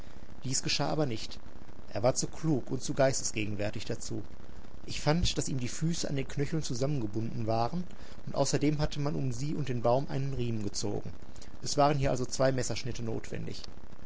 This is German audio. dies geschah aber nicht er war zu klug und zu geistesgegenwärtig dazu ich fand daß ihm die füße an den knöcheln zusammengebunden waren und außerdem hatte man um sie und den baum einen riemen gezogen es waren hier also zwei messerschnitte notwendig